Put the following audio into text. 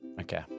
Okay